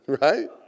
Right